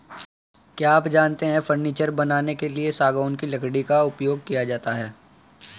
क्या आप जानते है फर्नीचर बनाने के लिए सागौन की लकड़ी का उपयोग किया जाता है